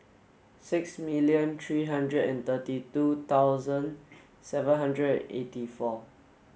sixty million three hundred and thirty two thousand seven hundred eighty four